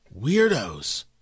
Weirdos